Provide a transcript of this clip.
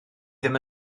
ddim